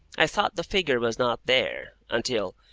i thought the figure was not there, until,